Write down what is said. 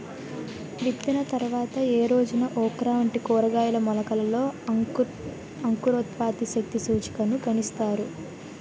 విత్తిన తర్వాత ఏ రోజున ఓక్రా వంటి కూరగాయల మొలకలలో అంకురోత్పత్తి శక్తి సూచికను గణిస్తారు?